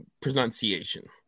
pronunciation